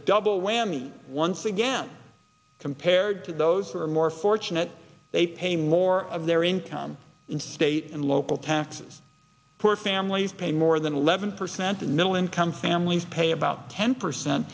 double whammy once again compared to those who are more fortunate they pay more of their income in state and local taxes for families pay more than eleven percent and middle income families pay about ten percent